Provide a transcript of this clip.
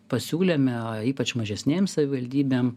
pasiūlėme ypač mažesnėm savivaldybėm